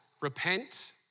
repent